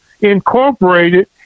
incorporated